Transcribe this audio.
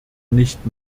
nicht